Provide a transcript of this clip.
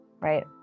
right